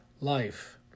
life